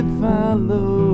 follow